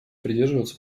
придерживаться